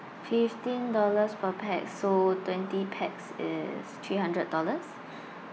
fifteen dollars per pax so twenty pax is three hundred dollars